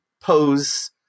Pose